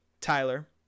tyler